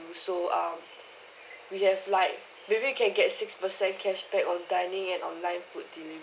so um we have like maybe you can get six percent cashback on dining and online food delivery